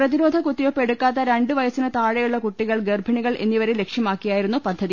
പ്രതിരോധ കുത്തിവെപ്പെടുക്കാത്ത രണ്ട് വയസ്സിനു താഴെയുളള കുട്ടികൾ ഗർഭിണികൾ എന്നിവരെ ലക്ഷ്യമാക്കിയായിരുന്നു പദ്ധതി